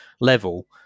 level